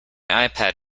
ipad